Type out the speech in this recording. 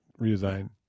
redesign